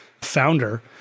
founder